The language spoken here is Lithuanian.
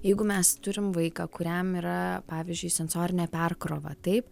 jeigu mes turim vaiką kuriam yra pavyzdžiui sensorinė perkrova taip